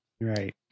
Right